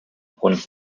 brunnen